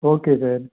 okay sir